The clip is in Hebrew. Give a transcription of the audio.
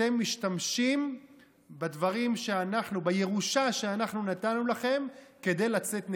אתם משתמשים בירושה שאנחנו נתנו לכם כדי לצאת נגדנו.